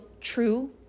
true